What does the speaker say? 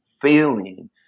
failing